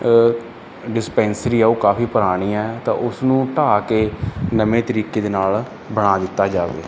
dispensary ਆ ਉਹ ਕਾਫੀ ਪੁਰਾਣੀ ਆ ਤਾਂ ਉਸਨੂੰ ਢਾਹ ਕੇ ਨਵੇਂ ਤਰੀਕੇ ਦੇ ਨਾਲ ਬਣਾ ਦਿੱਤਾ ਜਾਵੇ